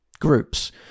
groups